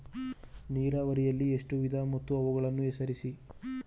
ನೀರಾವರಿಯಲ್ಲಿ ಎಷ್ಟು ವಿಧ ಮತ್ತು ಅವುಗಳನ್ನು ಹೆಸರಿಸಿ?